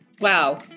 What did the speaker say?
wow